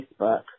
Facebook